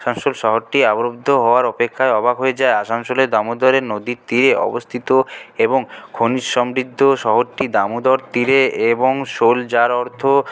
আসানসোল শহরটি আবদ্ধ হওয়ার অপেক্ষার অবাক হয়ে যায় আসানসোলের দামোদরের নদীর তীরে অবস্থিত এবং খনি সমৃদ্ধ শহরটি দামোদর তীরে এবং সোল যার অর্থ